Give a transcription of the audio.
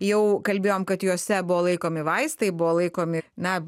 jau kalbėjom kad jose buvo laikomi vaistai buvo laikomi na